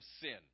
sin